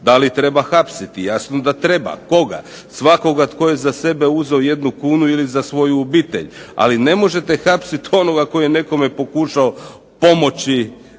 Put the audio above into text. Da li treba hapsiti? Jasno da treba. Koga? Svakoga tko je za sebe uzeo jednu kunu ili za svoju obitelj. Ali ne možete hapsiti onoga koji je nekome pokušao pomoći